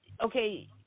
okay